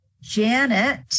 Janet